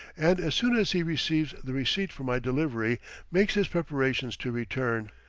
and as soon as he receives the receipt for my delivery makes his preparations to return.